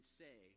say